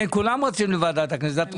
כולם יוצאים לוועדת הכנסת.